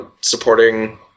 supporting